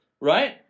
Right